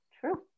True